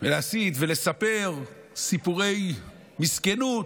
ולהסית ולספר סיפורי מסכנות.